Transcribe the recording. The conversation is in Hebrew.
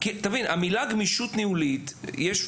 יש משמעות לגמישות ניהולית.